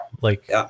like-